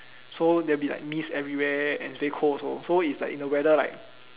so there'll be like mist everywhere and it's very cold also so is like if the weather like